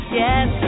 yes